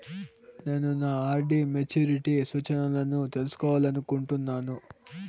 నేను నా RD maturity సూచనలను తెలుసుకోవాలనుకుంటున్నాను